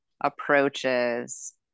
approaches